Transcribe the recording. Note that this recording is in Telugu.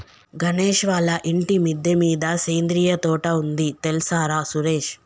గణేష్ వాళ్ళ ఇంటి మిద్దె మీద సేంద్రియ తోట ఉంది తెల్సార సురేష్